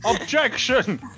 Objection